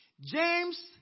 James